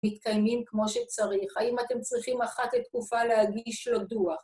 מתקיימים כמו שצריך. האם אתם צריכים אחת לתקופה להגיש לו דוח?